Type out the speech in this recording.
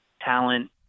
talent